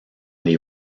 les